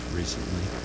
recently